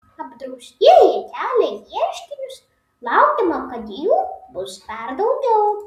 apdraustieji kelia ieškinius laukiama kad jų bus dar daugiau